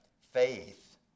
faith